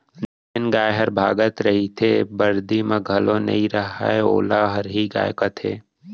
जेन गाय हर भागत रइथे, बरदी म घलौ नइ रहय वोला हरही गाय कथें